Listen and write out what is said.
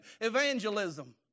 Evangelism